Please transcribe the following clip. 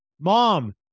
Mom